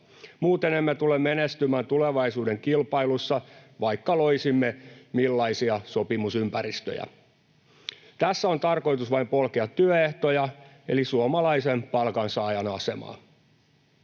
Muuten emme tule menestymään tulevaisuuden kilpailuissa, vaikka loisimme millaisia sopimusympäristöjä. Tässä on tarkoitus vain polkea työehtoja eli suomalaisen palkansaajan asemaa.